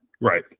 Right